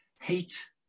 hate